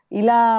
ila